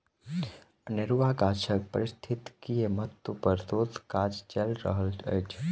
अनेरुआ गाछक पारिस्थितिकीय महत्व पर शोध काज चैल रहल अछि